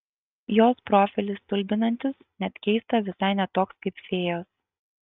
jos profilis stulbinantis net keista visai ne toks kaip fėjos